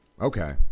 Okay